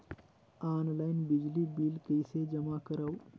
Online बिजली bill कइसे जमा करव?